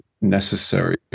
necessary